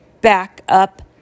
backup